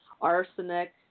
arsenic